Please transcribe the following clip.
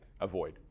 avoid